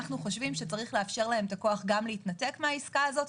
אנחנו חושבים שצריך לאפשר להם את הכוח גם להתנתק מהעסקה הזאת,